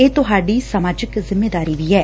ਇਹ ਤੁਹਾਡੀ ਸਮਾਜਿਕ ਜਿੰਮੇਵਾਰੀ ਵੀ ਏ